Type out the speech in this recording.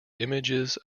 images